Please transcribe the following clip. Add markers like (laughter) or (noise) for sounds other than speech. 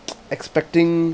(noise) expecting